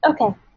Okay